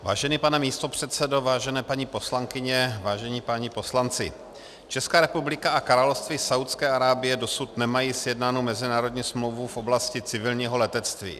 Vážený pane místopředsedo, vážené paní poslankyně, vážení páni poslanci, Česká republika a Království Saúdské Arábie dosud nemají sjednánu mezinárodní smlouvu v oblasti civilního letectví.